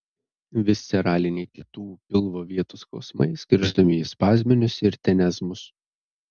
visceraliniai kitų pilvo vietų skausmai skirstomi į spazminius ir tenezmus